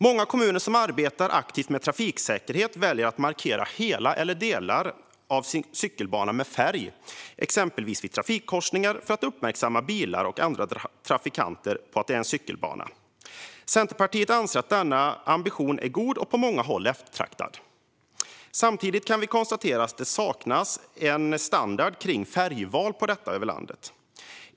Många kommuner som arbetar aktivt med trafiksäkerhet väljer att markera hela eller delar av cykelbanorna med färg, exempelvis vid trafikkorsningar, för att uppmärksamma bilar och andra trafikanter på att det är en cykelbana. Centerpartiet anser att denna ambition är god och på många håll eftertraktad. Samtidigt kan vi konstatera att det saknas en standardisering kring färgval.